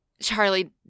Charlie